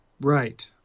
right